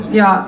ja